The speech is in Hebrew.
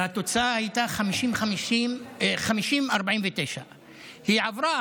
והתוצאה הייתה 50:49. היא עברה,